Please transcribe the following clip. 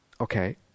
Okay